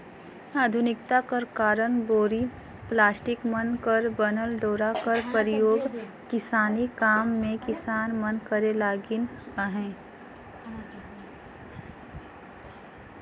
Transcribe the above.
आधुनिकता कर कारन बोरी, पलास्टिक मन कर बनल डोरा कर परियोग किसानी काम मे किसान मन करे लगिन अहे